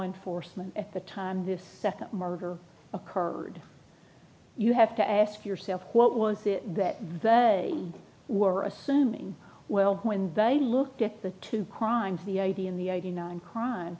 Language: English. enforcement at the time this murder occurred you have to ask yourself what was it that they were assuming well when they looked at the two crimes the idea in the eighty nine crime